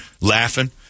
laughing